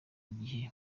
igihe